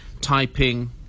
Taiping